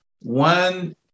One